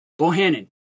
Bohannon